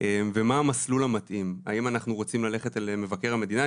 ומה המסלול המתאים האם אנחנו רוצים ללכת למבקר המדינה.